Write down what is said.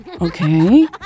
Okay